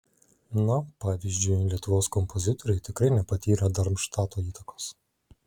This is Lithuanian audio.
na pavyzdžiui lietuvos kompozitoriai tikrai nepatyrė darmštato įtakos